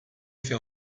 fait